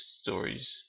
stories